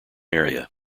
area